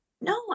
No